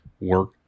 work